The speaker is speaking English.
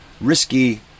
risky